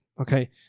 okay